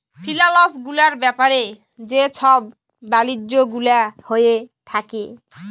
ফিলালস গুলার ব্যাপারে যে ছব বালিজ্য গুলা হঁয়ে থ্যাকে